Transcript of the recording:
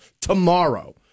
tomorrow